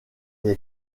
est